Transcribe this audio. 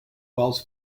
wells